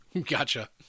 Gotcha